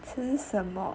吃什么